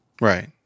right